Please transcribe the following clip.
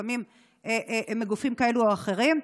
לפעמים מגופים כאלה או אחרים.